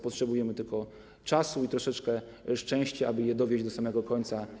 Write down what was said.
Potrzebujemy tylko czasu i troszeczkę szczęścia, aby je dowieść do samego końca.